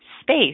space